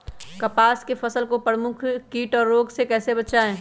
कपास की फसल को प्रमुख कीट और रोग से कैसे बचाएं?